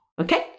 Okay